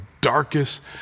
darkest